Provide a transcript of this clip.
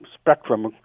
spectrum